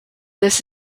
this